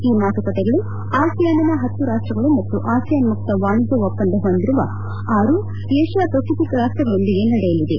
ಈ ಮಾತುಕತೆಗಳು ಆಸಿಯಾನ್ನ ಹತ್ತು ರಾಷ್ಟಗಳು ಮತ್ತು ಆಸಿಯಾನ್ ಮುಕ್ತ ವಾಣಿಜ್ಞ ಒಪ್ಪಂದ ಹೊಂದಿರುವ ಆರು ಏಷ್ತಾ ಪೆಸಿಫಿಕ್ ರಾಷ್ಟಗಳೊಂದಿಗೆ ನಡೆಯಲಿದೆ